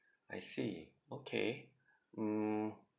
I see okay mm